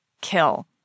kill